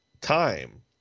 time